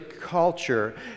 culture